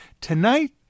tonight